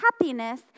happiness